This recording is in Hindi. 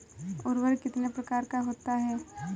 उर्वरक कितने प्रकार का होता है?